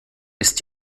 ist